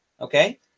okay